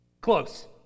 close